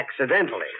accidentally